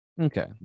Okay